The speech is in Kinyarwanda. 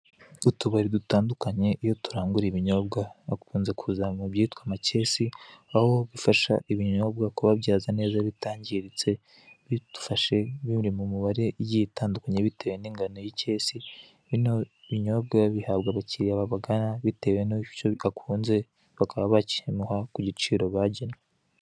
Utubari dutandukanye iyo turangura ibinyobwa, dukunda kubizana mu byitwa amakesi, aho bifasha ibinyobwa kuba byaza neza bitangiritse. Ibinyobwa bihabwa abakiriya babagana bitewe n'ibyo umukiriya akunze, bakaba bakimuha ku biciro bagennye.